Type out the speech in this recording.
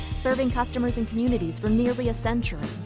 serving customers and communities for nearly a century.